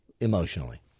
emotionally